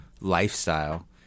lifestyle